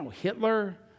Hitler